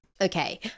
okay